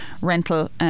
rental